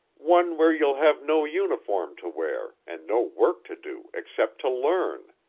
one where you'll have no uniform to wear, and no work to do except to learn.